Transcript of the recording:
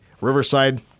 Riverside